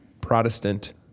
Protestant